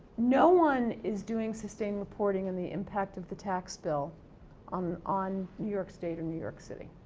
no one is doing sustained reporting on the impact of the tax bill on on new york state or new york city.